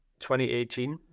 2018